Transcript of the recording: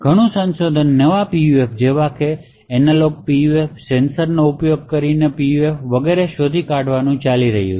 ઘણું સંશોધન નવા PUF જેવા કે એનાલોગ PUF સેન્સરનો ઉપયોગ કરીનેPUF વગેરે શોધી કાઢવાનું ચાલી રહ્યું છે